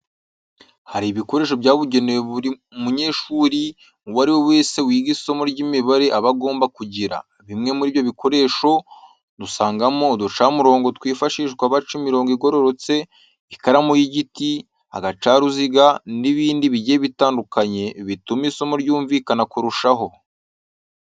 Hari ibikoresho byabugenewe buri munyeshuri uwo ari we wese wiga isomo ry'imibare aba agomba kugira. Bimwe muri ibyo bikoresho dusangamo uducamurongo twifashishwa baca imirongo igororotse, ikaramu y'igiti, agacaruziga n'ibindi bigiye bitandukanye bituma isomo ryumvikana kurushaho.